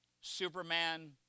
Superman